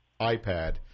iPad